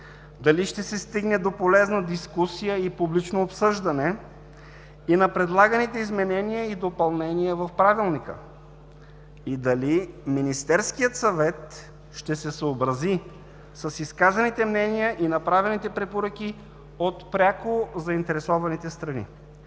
дали ще се стигне до полезна дискусия и публично обсъждане и на предлаганите изменения и допълнения в Правилника, дали Министерският съвет ще се съобрази с изказаните мнения и направените препоръки от пряко заинтересованите страни.